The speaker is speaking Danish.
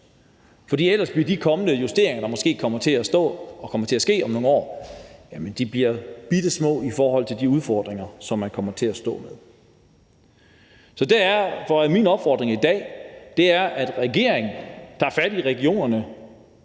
for ellers vil de kommende justeringer, der måske kommer til at ske om nogle år, komme til at blive bittesmå i forhold til de udfordringer, som man kommer til at stå med. Så min opfordring i dag er, at regeringen tager fat i regionerne